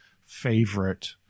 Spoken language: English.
favorite